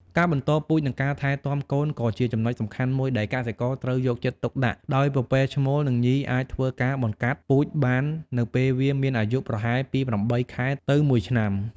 ការបន្តពូជនិងការថែទាំកូនក៏ជាចំណុចសំខាន់មួយដែលកសិករត្រូវយកចិត្តទុកដាក់ ដោយពពែឈ្មោលនិងញីអាចធ្វើការបង្កាត់ពូជបាននៅពេលវាមានអាយុប្រហែលពី ៨ ខែទៅ ១ ឆ្នាំ។